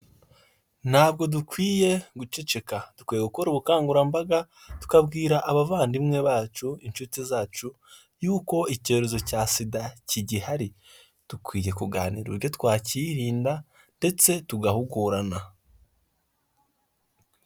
Ntabwo dukwiye guceceka dukwiye gukora ubukangurambaga tukabwira abavandimwe bacu, inshuti zacu, yuko icyorezo cya sida kigihari dukwiye kuganira uburyo twakiyirinda ndetse tugahugurana.